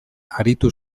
aritu